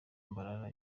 mbarara